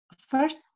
first